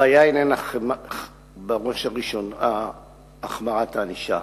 הבעיה איננה בראש ובראשונה החמרת הענישה.